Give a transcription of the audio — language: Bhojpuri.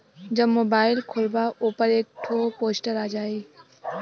जब मोबाइल खोल्बा ओपर एक एक ठो पोस्टर आ जाई